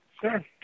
Sure